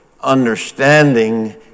understanding